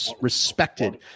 respected